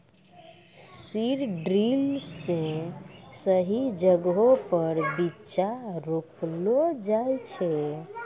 seed drill से सही जगहो पर बीच्चा रोपलो जाय छै